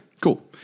Cool